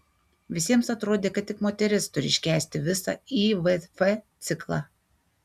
visiems atrodė kad tik moteris turi iškęsti visą ivf ciklą